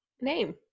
name